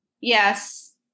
yes